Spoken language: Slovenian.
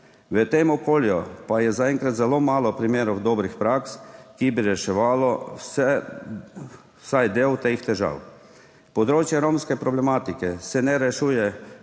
V tem okolju pa je zaenkrat zelo malo primerov dobrih praks, ki bi reševale vsaj del teh težav. Področje romske problematike se ne rešuje